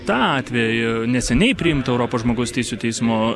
tą atvejį neseniai priimto europos žmogaus teisių teismo